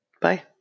bye